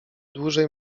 dłużej